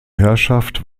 herrschaft